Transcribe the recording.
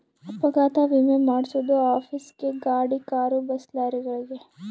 ಅಪಘಾತ ವಿಮೆ ಮಾದ್ಸೊದು ಆಫೀಸ್ ಗೇ ಗಾಡಿ ಕಾರು ಬಸ್ ಲಾರಿಗಳಿಗೆ